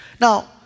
now